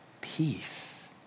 Peace